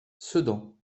sedan